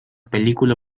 película